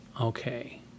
Okay